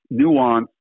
nuanced